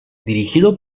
dirigido